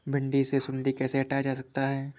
भिंडी से सुंडी कैसे हटाया जा सकता है?